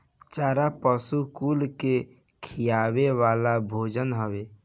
चारा पशु कुल के खियावे वाला भोजन हवे